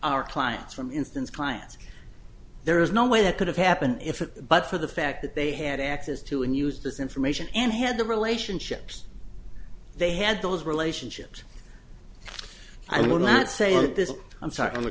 our clients from instance clients there is no way that could have happened if it but for the fact that they had access to and used this information and had the relationships they had those relationships i would not say at this i'm sorry